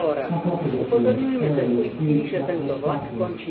sat opposite to me curling his huge black moustaches,